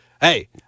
Hey